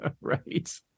Right